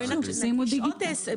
שימו דיגיטל.